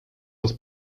das